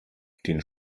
den